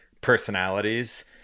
personalities